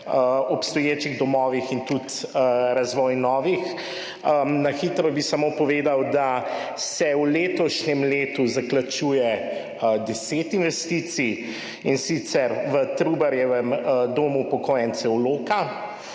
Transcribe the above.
obstoječih domovih in tudi razvoj novih. Na hitro bi samo povedal, da se v letošnjem letu zaključuje 10 investicij, in sicer: v Trubarjevem domu upokojencev, Loka;